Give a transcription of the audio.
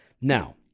Now